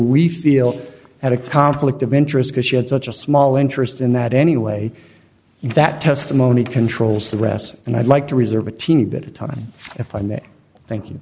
feel had a conflict of interest because she had such a small interest in that anyway that testimony controls the rest and i'd like to reserve a teeny bit of time if i may thinking